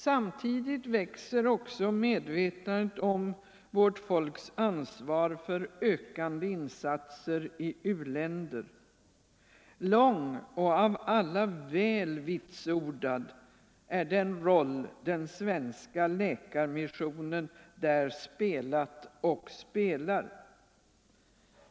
Samtidigt växer också medvetandet om vårt folks ansvar för ökade insatser i u-länder. Långvarig och av alla väl vitsordad är den roll som den svenska läkarmissionen där spelat och spelar.